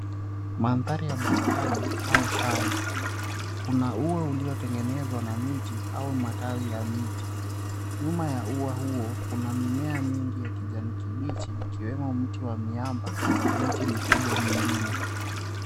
Mandhari ya bustani au shamba. Kuna ua uliotengenezwa na miti au matawi ya miti. Nyuma ya ua huo kuna mimea mingi ya kijani kibichi ikiwemo mti wa miamba na mti mikubwa mingine.